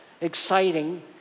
exciting